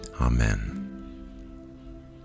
Amen